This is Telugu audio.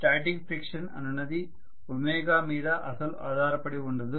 స్టాటిక్ ఫ్రిక్షన్ అనునది ఒమేగాω మీద అసలు ఆధారపడి ఉండదు